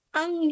ang